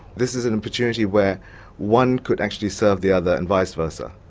this is an opportunity where one could actually serve the other and vice versa.